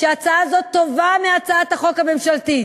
שההצעה הזאת טובה מהצעת החוק הממשלתית,